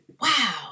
Wow